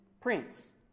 prince